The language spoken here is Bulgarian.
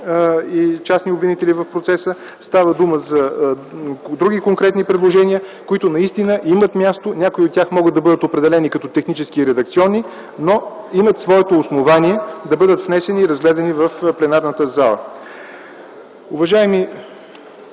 и частни обвинители в процеса, става дума и за други конкретни предложения, които наистина имат място. Някои от тях могат да бъдат определени като технически и редакционни, но имат своето основание да бъдат внесени и разгледани в пленарната зала.